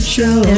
Show